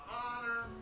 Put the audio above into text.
honor